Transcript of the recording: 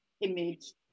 image